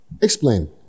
explain